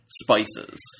spices